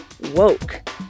woke